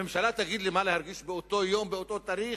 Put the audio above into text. הממשלה תגיד לי איך להרגיש באותו יום ובאותו תאריך?